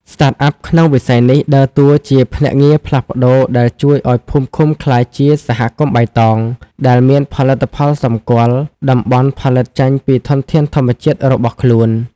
Startup ក្នុងវិស័យនេះដើរតួជាភ្នាក់ងារផ្លាស់ប្តូរដែលជួយឱ្យភូមិឃុំក្លាយជា "សហគមន៍បៃតង" ដែលមានផលិតផលសម្គាល់តំបន់ផលិតចេញពីធនធានធម្មជាតិរបស់ខ្លួន។